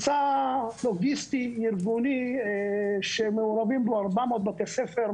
מבצע לוגיסטי ארגוני שמעורבים בו 400 בתי ספר,